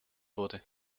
wurde